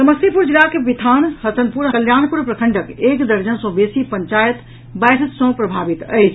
समस्तीपुर जिलाक बिथान हसनपुर आ कल्याणपुर प्रखंडक एक दर्जन सँ बेसी पंचायत बाढ़ि सँ प्रभावित अछि